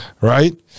right